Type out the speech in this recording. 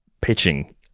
pitching